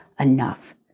enough